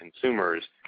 consumers